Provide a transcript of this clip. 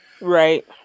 Right